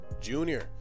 Junior